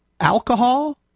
Alcohol